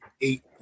eight